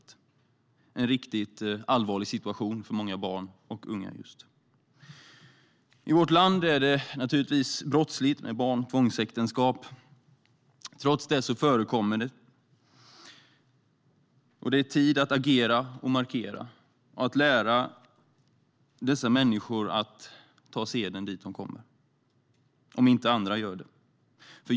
Det är en riktigt allvarlig situation för många barn och unga. I vårt land är det brottsligt med barn och tvångsäktenskap. Trots det förekommer de. Det är tid att agera, markera och lära dessa människor att ta seden dit de kommer. Om inte gör andra det.